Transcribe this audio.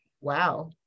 wow